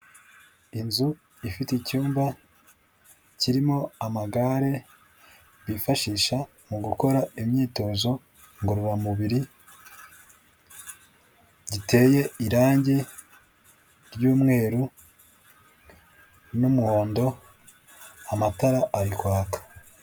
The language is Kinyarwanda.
Inzu ifite icyumba kirimo amagare bifashisha mu gukora imyitozo ngororamubiri, giteye irangi ry'umweru n'umuhondo, amatara ari kwaka.